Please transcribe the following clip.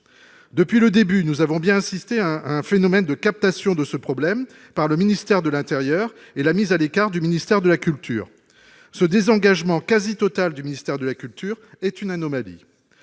Depuis le début, nous avons bien assisté à un phénomène de captation de ce problème par le ministère de l'intérieur et la mise à l'écart du ministère de la culture. Ce désengagement quasi total du ministère de la culture est une anomalie.